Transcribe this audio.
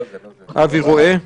אבי רואה.